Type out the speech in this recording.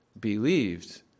believed